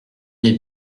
les